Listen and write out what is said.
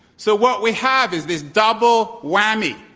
so, what we have is this double whammy.